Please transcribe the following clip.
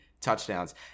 touchdowns